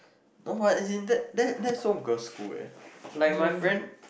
oh found as in that that that so girl's school eh like my friend